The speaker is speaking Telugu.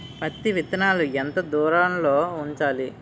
పత్తి విత్తనాలు ఎంత దూరంలో ఉంచాలి?